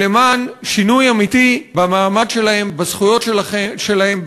ולמען שינוי אמיתי במעמד שלהם ובזכויות שלהם,